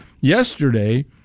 yesterday